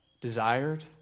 desired